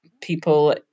people